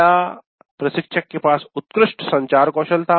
क्या प्रशिक्षक के पास उत्कृष्ट संचार कौशल था